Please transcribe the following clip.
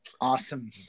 Awesome